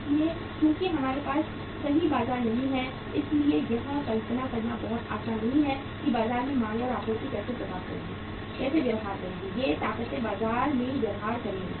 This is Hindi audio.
इसलिए चूंकि हमारे पास सही बाजार नहीं हैं इसलिए यह कल्पना करना बहुत आसान नहीं है कि बाजार में मांग और आपूर्ति कैसे व्यवहार करेगी ये ताकतें बाजार में व्यवहार करेंगी